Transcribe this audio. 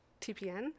TPN